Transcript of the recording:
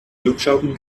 glupschaugen